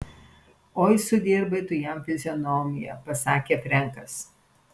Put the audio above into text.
oi sudirbai tu jam fizionomiją pasakė frenkas